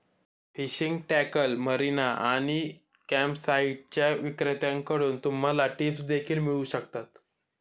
fishing tackle, marina आणि कॅम्पसाइट्सच्या विक्रेत्यांकडून तुम्हाला टिप्स देखील मिळू शकतात